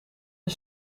een